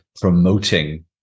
promoting